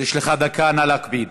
יש לך דקה, נא להקפיד.